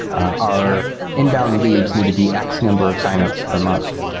our inbound leads need to be x-number of sign-ups per month.